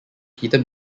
peter